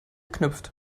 knüpft